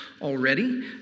already